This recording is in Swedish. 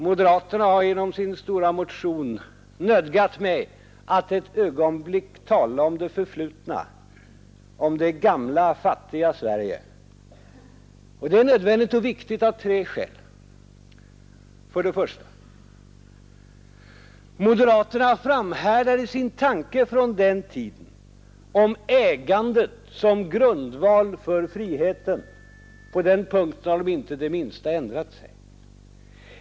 Moderaterna har genom sin stora motion nödgat mig att ett ögonblick tala om det förflutna, om det gamla, fattiga Sverige. Det är nödvändigt och viktigt av tre skäl. För det första: Moderaterna framhärdar i sin tanke från den tiden om ägandet som grundval för friheten. På den punkten har de inte ändrat sig det minsta.